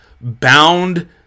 bound